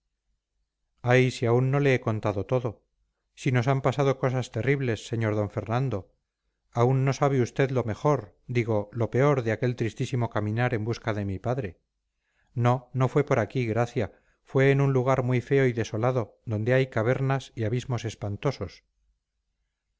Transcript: ay si aún no le he contado todo si nos han pasado cosas terribles sr d fernando aún no sabe usted lo mejor digo lo peor de aquel tristísimo caminar en busca de mi padre no no fue por aquí gracia fue en un lugar muy feo y desolado donde hay cavernas y abismos espantosos